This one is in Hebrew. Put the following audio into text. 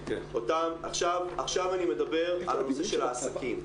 עכשיו אני מדבר על הנושא של העסקים,